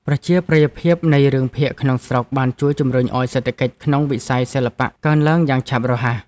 ប្រជាប្រិយភាពនៃរឿងភាគក្នុងស្រុកបានជួយជំរុញឱ្យសេដ្ឋកិច្ចក្នុងវិស័យសិល្បៈកើនឡើងយ៉ាងឆាប់រហ័ស។